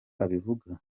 abivuga